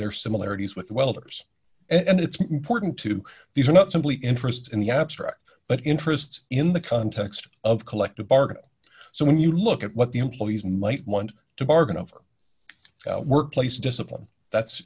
their similarities with welders and it's important to these are not simply interests in the abstract but interests in the context of collective bargain so when you look at what the employees might want to bargain over workplace discipline that's